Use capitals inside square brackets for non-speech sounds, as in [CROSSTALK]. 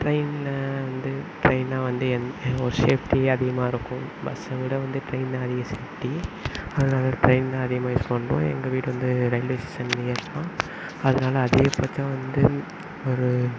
ட்ரெயினில் வந்து ட்ரெயினுனா வந்து எனக்கு ஒரு சேஃப்ட்டி அதிகமாக இருக்கும் பஸ்ஸை விட வந்து ட்ரெயின் அதிக சேஃப்ட்டி அதனால் ட்ரெயின் தான் அதிகமாக யூஸ் பண்ணுறோம் எங்கள் வீடு வந்து ரயில்வே ஸ்டேஷன் நியர்ஸ் தான் அதனால் அதே [UNINTELLIGIBLE] வந்து ஒரு